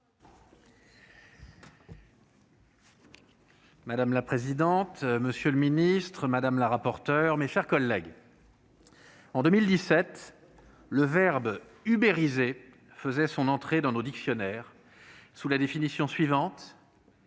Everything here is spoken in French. Madame la présidente, monsieur le secrétaire d'État, mes chers collègues, en 2017, le verbe « ubériser » faisait son entrée dans nos dictionnaires, avec la définition suivante